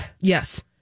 Yes